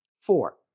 Four